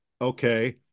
Okay